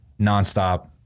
nonstop